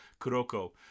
Kuroko